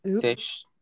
fish